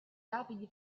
rapidi